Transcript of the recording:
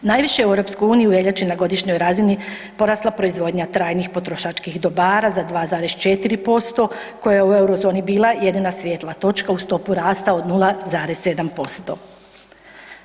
Najviše u EU u veljači na godišnjoj razini porasla proizvodnja trajnih potrošačkih dobara za 2,4% koje je u Euro zoni bila jedina svjetla točka uz stopu rasta od 0,7%